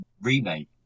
remake